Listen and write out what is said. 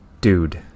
dude